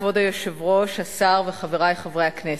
כבוד היושב-ראש, השר וחברי חברי הכנסת,